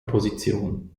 position